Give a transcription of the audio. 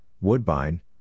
Woodbine